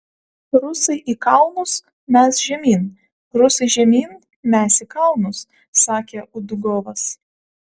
rusai į kalnus mes žemyn rusai žemyn mes į kalnus sakė udugovas